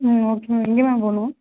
ம் okay ma'am எங்கே ma'am போவணும்